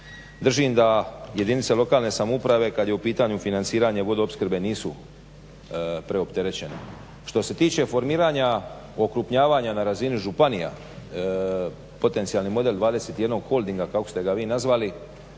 držim da je jedinice lokalne samouprave kada je u pitanju financiranje vodoopskrbe nisu preopterećenje. Što se tiče formiranja okrupnjavanja na razini županija, potencijalni model 21 holdinga kako ste ga vi nazvali,